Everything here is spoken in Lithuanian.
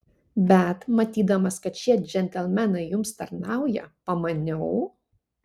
bet matydamas kad šie džentelmenai jums tarnauja pamaniau